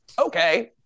Okay